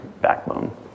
backbone